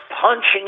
punching